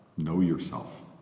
know yourself.